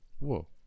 Whoa